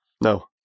no